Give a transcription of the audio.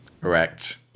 Correct